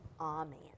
Amen